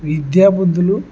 విద్యాబుద్ధులు